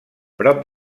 prop